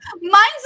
Mine's